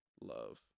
love